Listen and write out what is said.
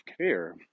care